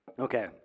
Okay